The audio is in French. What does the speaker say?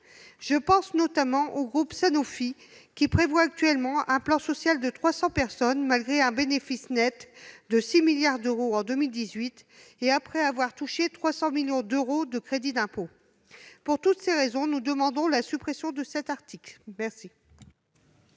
Je pense notamment au groupe Sanofi, qui prévoit actuellement un plan social de 300 personnes, malgré un bénéfice net de 6 milliards d'euros en 2018 et après avoir touché 300 millions d'euros de crédit d'impôt. Pour toutes ces raisons, nous demandons la suppression de l'article 4.